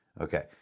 Okay